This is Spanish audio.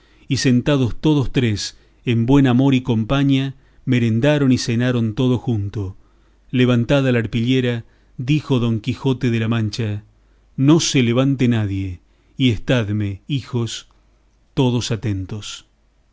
y sentados todos tres en buen amor y compaña merendaron y cenaron todo junto levantada la arpillera dijo don quijote de la mancha no se levante nadie y estadme hijos todos atentos